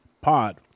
Pod